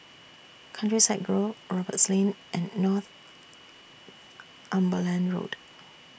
Countryside Grove Roberts Lane and Northumberland Road